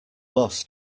lost